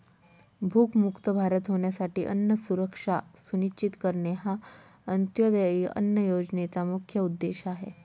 भूकमुक्त भारत होण्यासाठी अन्न सुरक्षा सुनिश्चित करणे हा अंत्योदय अन्न योजनेचा मुख्य उद्देश आहे